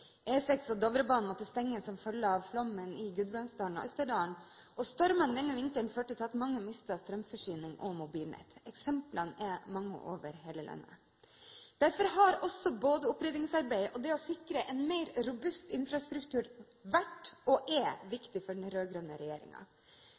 E6 og Dovrebanen måtte stenge som følge av flommen i Gudbrandsdalen og Østerdalen, og stormene denne vinteren førte til at mange mistet strømforsyningen og mobilnettet. Eksemplene er mange over hele landet. Derfor har både opprydningsarbeidet og det å sikre en mer robust infrastruktur vært – og er